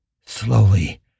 Slowly